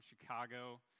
Chicago